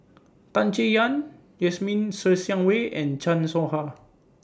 Tan Chay Yan Jasmine Ser Xiang Wei and Chan Soh Ha